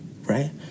right